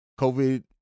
COVID